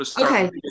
Okay